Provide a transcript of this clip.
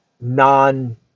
non